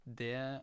det